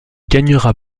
gagnera